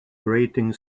grating